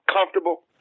comfortable